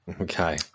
Okay